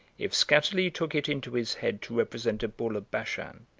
if skatterly took it into his head to represent a bull of bashan,